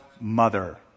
mother